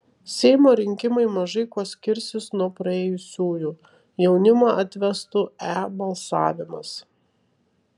seimo rinkimai mažai kuo skirsis nuo praėjusiųjų jaunimą atvestų e balsavimas